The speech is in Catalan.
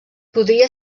podria